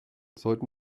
sollten